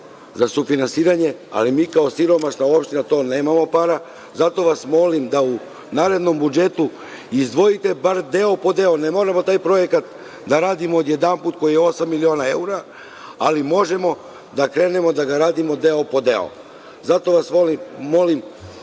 za sufinansiranje, ali mi kao siromašna opština za to nemamo para, zato vas molim da u narednom budžetu izdvojite bar deo po deo, ne moramo taj projekat da radimo odjedanput koji je osam miliona evra, ali možemo da krenemo da ga radimo deo po deo. Zato vas molim, gospođo